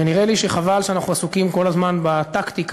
ונראה לי שחבל שאנחנו עסוקים כל הזמן בטקטיקה